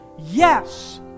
Yes